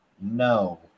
no